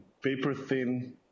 paper-thin